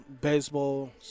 baseball